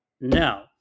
now